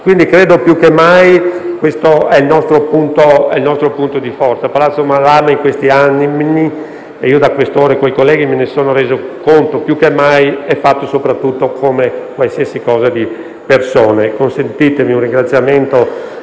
Quindi, credo più che mai che questo sia il nostro punto di forza. Palazzo Madama in questi anni (e io da Questore, con i colleghi, me ne sono reso conto) più che mai è fatto soprattutto, come qualsiasi istituzione, di persone. Consentitemi, dunque, un ringraziamento